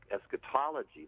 eschatology